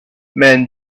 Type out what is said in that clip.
men